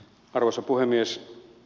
arvoisa puhemies